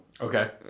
Okay